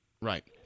Right